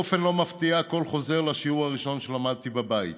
באופן לא מפתיע הכול חוזר לשיעור הראשון שלמדתי בבית: